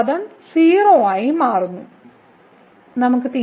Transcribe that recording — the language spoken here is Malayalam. ഈ പദം 0 ആയി മാറുന്നു നമുക്ക്